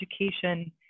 education